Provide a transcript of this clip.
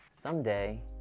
someday